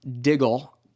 diggle